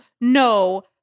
No